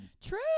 True